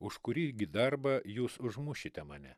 už kurį gi darbą jūs užmušite mane